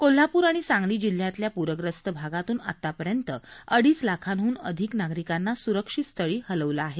कोल्हापूर आणि सांगली जिल्ह्यातल्या पूरग्रस्त भागातून आतापर्यंत अडीच लाखांहन अधिक नागरिकांना स्रक्षित स्थळी हलवलं आहे